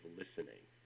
listening